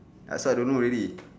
ah so I don't know already